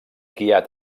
guiat